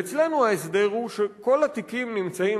ואצלנו ההסדר הוא שכל התיקים נמצאים,